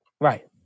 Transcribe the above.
Right